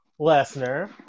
Lesnar